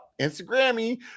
Instagrammy